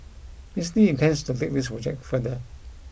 Miss Lin intends to take this project further